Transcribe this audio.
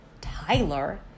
Tyler